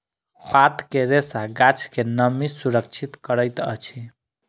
पात के रेशा गाछ के नमी सुरक्षित करैत अछि